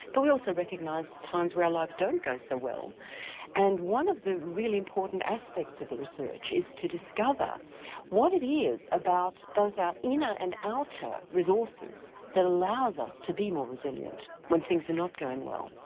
but we also recognise times where our lives don't go so well and one of the really important aspects of the research is to discover what it is about both our inner and outer resources that allows us to be more resilient when things are not going well.